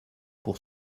pour